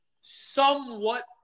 somewhat